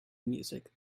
music